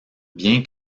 bien